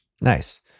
Nice